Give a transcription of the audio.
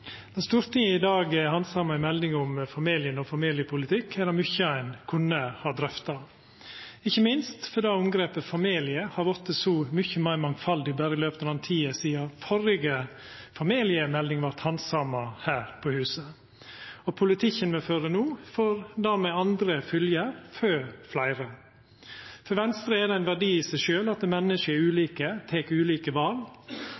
Når Stortinget i dag handsamar ei melding om familien og familiepolitikk, er det mykje ein kunne ha drøfta, ikkje minst fordi omgrepet «familie» har vorte så mykje meir mangfaldig berre i laupet av tida sidan førre familiemelding vart handsama her på huset. Og politikken me fører no, får dimed andre fylgjer for fleire. For Venstre er det ein verdi i seg sjølv at menneske er ulike